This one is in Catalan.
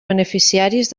beneficiaris